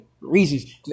reasons